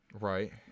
Right